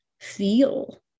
feel